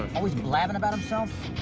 always blabbing about himself?